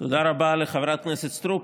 תודה רבה לחברת הכנסת סטרוק.